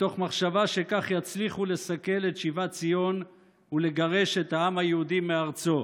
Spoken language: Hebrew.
מתוך מחשבה שכך יצליחו לסכל את שיבת ציון ולגרש את העם היהודי מארצו.